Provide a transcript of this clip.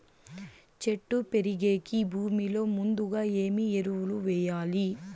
చెట్టు పెరిగేకి భూమిలో ముందుగా ఏమి ఎరువులు వేయాలి?